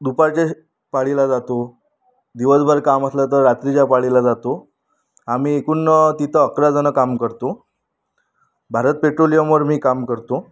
दुपारच्या पाळीला जातो दिवसभर काम असलं तर रात्रीच्या पाळीला जातो आम्ही एकूण तिथं अकरा जण काम करतो भारत पेट्रोलियमवर मी काम करतो